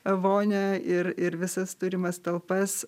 vonią ir ir visas turimas talpas